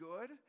good